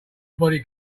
body